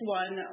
one